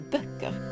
Böcker